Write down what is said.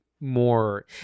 more